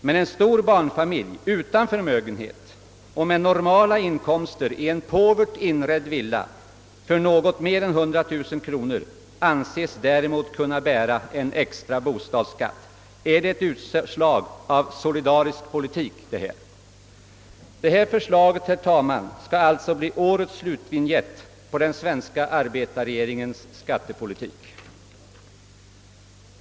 Men en stor barnfamilj utan förmögenhet och med normala inkomster i en påvert inredd villa för något mer än 100 000 kronor anses däremot kunna bära en extra bostadsskatt. Är det ett utslag av den solidariska politiken? Detta förslag skall alltså bli årets slutvinjett på den svenska arbetarregeringens skattepolitik.